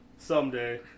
Someday